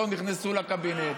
לא נכנסו לקבינט,